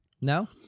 No